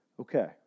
Okay